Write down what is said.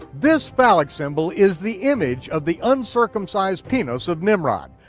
this phallic symbol is the image of the uncircumcised penis of nimrod,